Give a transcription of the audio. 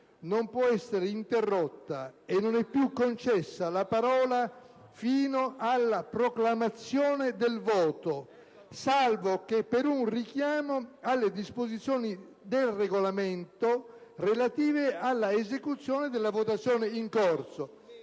non può essere interrotta e non è più concessa la parola fino alla proclamazione del voto, salvo che per un richiamo alle disposizioni del Regolamento relative alla esecuzione della votazione in corso».